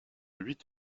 huit